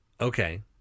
Okay